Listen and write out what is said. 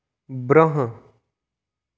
برٛونٛہہٕ